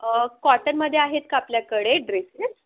अं कॉटनमध्ये आहेत का आपल्याकडे ड्रेसेस